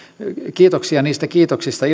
kiitoksia niistä kiitoksista